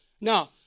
Now